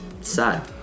Sad